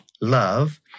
love